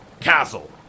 Castle